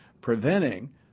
preventing